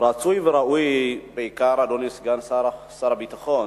רצוי וראוי, אדוני סגן שר הביטחון,